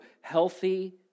Healthy